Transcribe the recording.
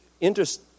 interest